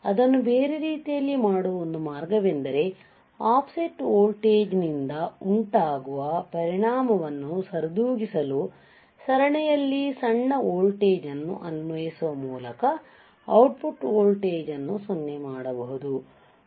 ಅದನ್ನು ಬೇರೆ ರೀತಿಯಲ್ಲಿ ಮಾಡುವ ಒಂದು ಮಾರ್ಗವೆಂದರೆ ಆಫ್ಸೆಟ್ ವೋಲ್ಟೇಜ್ನಿಂದ ಉಂಟಾಗುವ ಪರಿಣಾಮವನ್ನು ಸರಿದೂಗಿಸಲು ಸರಣಿಯಲ್ಲಿ ಸಣ್ಣ ವೋಲ್ಟೇಜ್ ಅನ್ನು ಅನ್ವಯಿಸುವ ಮೂಲಕ ಔಟ್ಪುಟ್ ವೋಲ್ಟೇಜ್ ಅನ್ನು 0 ಮಾಡಬಹುದು